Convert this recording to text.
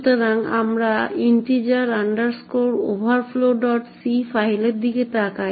সুতরাং আমরা integer overflowc ফাইলের দিকে তাকাই